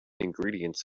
ingredients